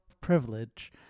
Privilege